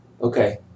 Okay